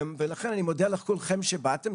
לכן, אני מודה לכולכם שבאתם.